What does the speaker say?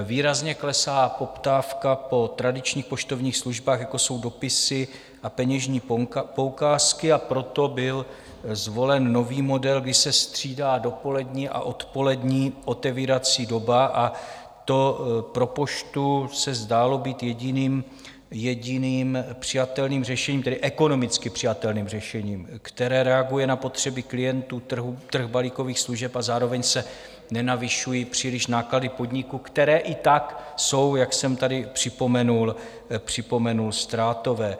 Výrazně klesá poptávka po tradičních poštovních službách, jako jsou dopisy a peněžní poukázky, a proto byl zvolen nový model, kdy se střídá dopolední a odpolední otevírací doba, a to pro poštu se zdálo být jediným přijatelným řešením, tedy ekonomicky přijatelným řešením, které reaguje na potřeby klientů trhu balíkových služeb, a zároveň se nenavyšují příliš náklady podniku, které i tak jsou, jak jsem tady připomenul, ztrátové.